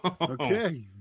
okay